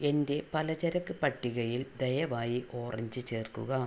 എൻ്റെ പലചരക്ക് പട്ടികയിൽ ദയവായി ഓറഞ്ച് ചേർക്കുക